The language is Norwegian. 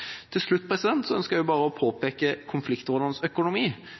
Til slutt ønsker jeg å påpeke konfliktrådenes økonomi.